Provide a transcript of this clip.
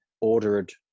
ordered